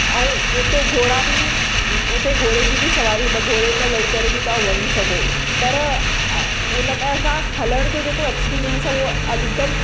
ऐं ॼे त घोड़ा बि ॻुढे घोड़े जी बि सवारी ॿ घोड़े में वही करे बि तव्हां वञी सघो पर उनमें असां हलणु जो एक्सपिरिअंस आहे उहो अल हिकदमि